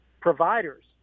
providers